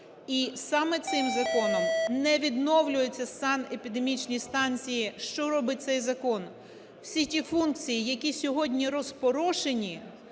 і саме цим законом не відновлюються санепідемічні станції. Що робить цей закон? Всі ті функції, які сьогодні розпорошені,